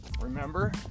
remember